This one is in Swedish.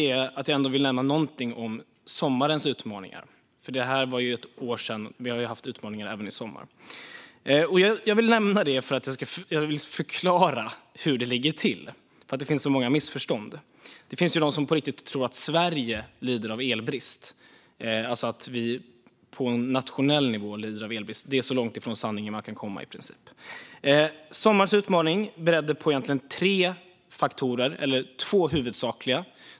Jag vill ändå nämna något om sommarens utmaningar - för detta var för ett år sedan. Vi har haft utmaningar även under sommaren. Jag vill nämna det. Jag vill förklara hur det ligger till, för det finns många missförstånd. Det finns de som på riktigt tror att Sverige lider av elbrist, alltså att vi på nationell nivå lider av elbrist. Det är i princip så långt från sanningen man kan komma. Sommarens utmaning berodde egentligen på tre faktorer, eller på två huvudsakliga.